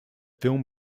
film